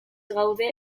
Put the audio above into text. gaude